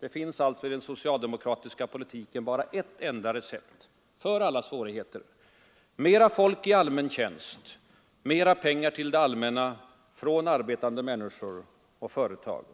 Det finns alltså i den socialdemokratiska politiken bara ett enda recept för alla svårigheter: mera folk i allmän tjänst, mera pengar till det allmänna från arbetande människor och företag.